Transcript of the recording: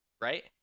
right